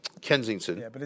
Kensington